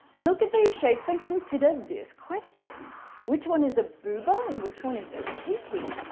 look at these shapes and consider this question which one is a bouba and which one is a kiki?